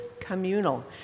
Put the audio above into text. communal